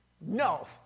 No